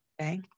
Okay